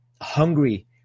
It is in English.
hungry